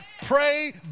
Pray